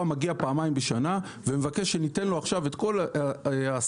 מגיע פעמיים בשנה ומבקש שניתן לו עכשיו את כל עשרת